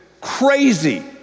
crazy